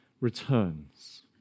returns